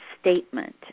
statement